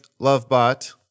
Lovebot